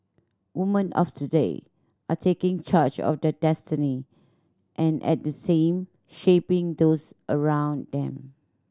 woman of today are taking charge of their destiny and at the same shaping those around them